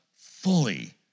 fully